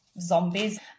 zombies